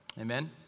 Amen